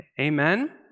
Amen